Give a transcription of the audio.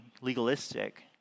legalistic